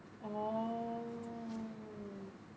orh